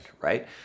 right